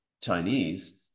Chinese